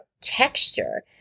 texture